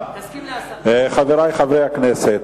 חברי חברי הכנסת,